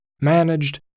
managed